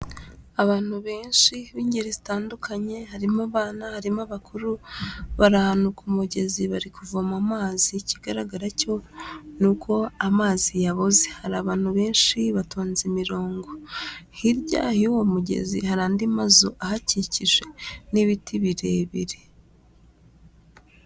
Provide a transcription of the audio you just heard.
Abantu benshi b'ingeri zitandukanye, harimo abana, harimo abakuru, bari ahantu ku mugezi bari kuvoma amazi, ikigaragara cyo ni uko amazi yabuze, hari abantu benshi batonze imirongo, hirya y'uwo mugezi hari andi mazu ahakikije n'ibiti birebire.